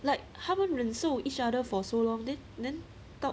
like 他们忍受 each other for so long then then talk